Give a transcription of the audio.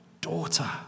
Daughter